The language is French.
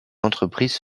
entreprise